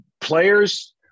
players